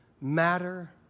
matter